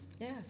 yes